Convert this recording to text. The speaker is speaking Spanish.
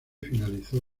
finalizó